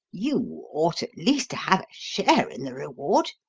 you ought at least to have a share in the reward.